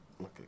okay